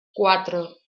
cuatro